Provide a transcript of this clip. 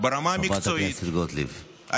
חברת הכנסת גוטליב.